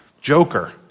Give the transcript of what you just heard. joker